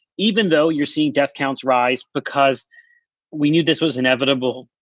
even though you're seeing death counts rise, because we knew this was inevitable.